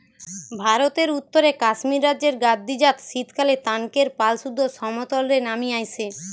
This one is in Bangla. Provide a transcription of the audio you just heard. ভারতের উত্তরে কাশ্মীর রাজ্যের গাদ্দি জাত শীতকালএ তানকের পাল সুদ্ধ সমতল রে নামি আইসে